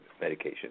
medication